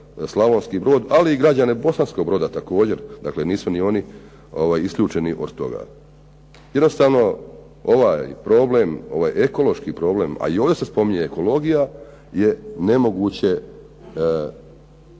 Slavonski Brod, ali i građane Bosanskog Broda također, dakle nisu ni oni isključeni od toga? Jednostavno ovaj problem, ovaj ekološki problem, a i ovdje se spominje ekologija, je nemoguće